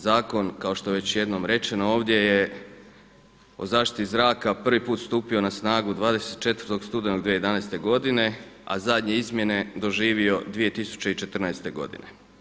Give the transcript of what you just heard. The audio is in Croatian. Zakon kao što je već jednom rečeno ovdje je o zaštiti zraka prvi put stupio na snagu 24. studenog 2011. godine, a zadnje izmjene doživio 2014. godine.